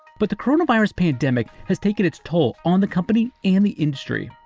but the coronavirus pandemic has taken its toll on the company and the industry.